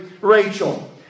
Rachel